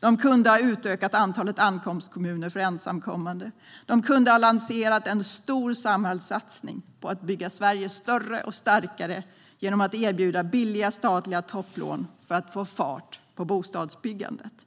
Den kunde ha utökat antalet ankomstkommuner för ensamkommande. Den kunde ha lanserat en stor samhällssatsning på att bygga Sverige större och starkare genom att erbjuda billiga statliga topplån för att få fart på bostadsbyggandet.